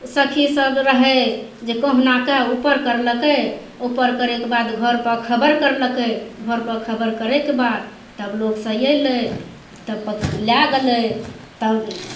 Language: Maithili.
सखी सब रहै जे कहूना कऽ उपर कयलकै उपर करैके बाद घरपर खबर कयलकै घरपर खबर करैके बाद तब लोक सब अयलै तऽ लए गेलै तब